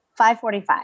5.45